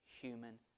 human